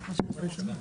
בפועל.